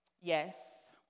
yes